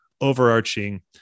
overarching